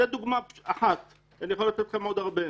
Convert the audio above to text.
זו דוגמה אחת, ואני יכול לתת לכם עוד הרבה.